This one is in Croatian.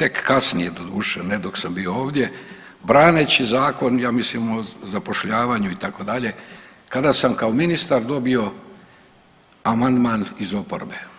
tek kasnije doduše, ne dok sam bio ovdje, braneći Zakon, ja mislim o zapošljavanju itd., kada sam kao ministar dobio amandman iz oporbe.